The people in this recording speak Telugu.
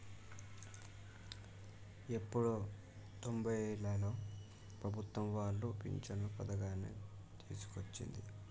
ఎప్పుడో తొంబైలలో ప్రభుత్వం వాళ్లు పించను పథకాన్ని తీసుకొచ్చింది